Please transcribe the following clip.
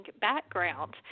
background